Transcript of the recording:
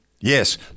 Yes